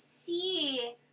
see